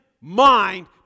mind